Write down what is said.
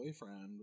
boyfriend